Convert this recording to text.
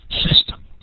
system